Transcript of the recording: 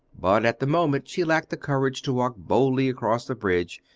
but at the moment she lacked the courage to walk boldly across the bridge,